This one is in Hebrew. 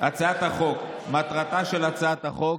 הצעת החוק,